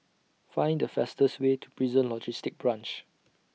Find The fastest Way to Prison Logistic Branch